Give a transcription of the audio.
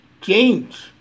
change